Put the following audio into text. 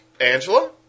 Angela